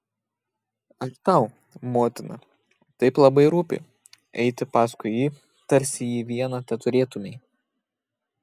ar tau motina taip labai rūpi eiti paskui jį tarsi jį vieną teturėtumei